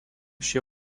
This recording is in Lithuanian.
šie